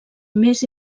més